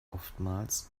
oftmals